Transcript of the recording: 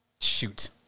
shoot